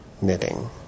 knitting